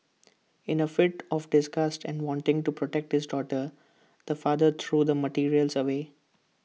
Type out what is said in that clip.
in A fit of disgust and wanting to protect his daughter the father threw the materials away